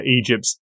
Egypt's